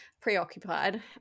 preoccupied